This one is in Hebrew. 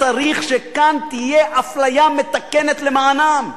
צריך שכאן תהיה אפליה מתקנת למענם.